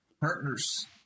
partners